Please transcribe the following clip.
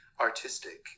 artistic